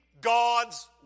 God's